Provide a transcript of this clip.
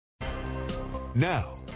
Now